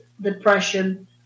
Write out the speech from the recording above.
depression